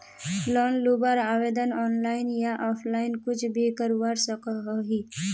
Loan लुबार आवेदन online या ऑफलाइन कुछ भी करवा सकोहो ही?